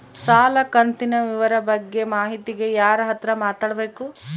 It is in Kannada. ಸಾಲ ಕಂತಿನ ವಿವರ ಬಗ್ಗೆ ಮಾಹಿತಿಗೆ ಯಾರ ಹತ್ರ ಮಾತಾಡಬೇಕು?